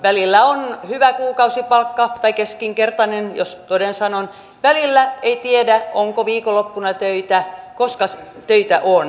välillä on hyvä kuukausipalkka tai keskinkertainen jos toden sanon välillä ei tiedä onko viikonloppuna töitä koska töitä on